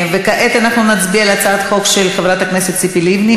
וכעת אנחנו נצביע על הצעת החוק של חברת הכנסת ציפי לבני.